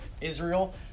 Israel